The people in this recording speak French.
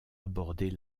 aborder